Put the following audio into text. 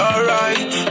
Alright